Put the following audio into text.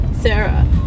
Sarah